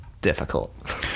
difficult